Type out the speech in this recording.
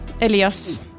Elias